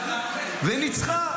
וניצחה.